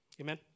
Amen